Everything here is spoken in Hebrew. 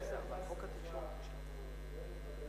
חבר הכנסת בן-ארי,